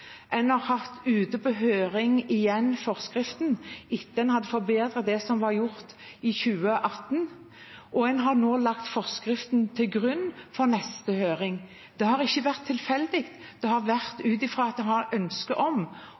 en tilfeldig behandling. Man har gått grundig til verks med den første høringen som var før nyttår 2018/2019. Man har hatt forskriften ute på høring igjen etter å ha forbedret det som var gjort i 2018, og man har lagt forskriften til grunn for neste høring. Det har ikke vært tilfeldig. Det har vært